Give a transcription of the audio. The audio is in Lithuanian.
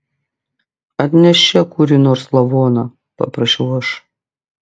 atnešk čia kurį nors lavoną paprašiau aš